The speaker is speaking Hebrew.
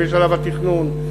משלב התכנון,